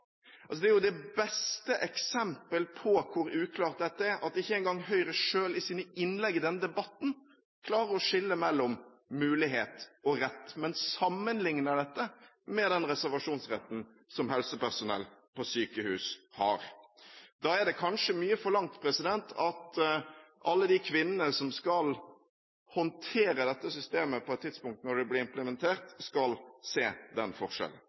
Det er det beste eksempel på hvor uklart dette er, at ikke engang Høyre selv i sine innlegg i denne debatten klarer å skille mellom mulighet og rett, men sammenligner dette med den reservasjonsretten som helsepersonell på sykehus har. Da er det kanskje mye forlangt at alle de kvinnene som skal håndtere dette systemet på et tidspunkt når det blir implementert, skal se den forskjellen.